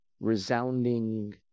resounding